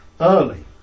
early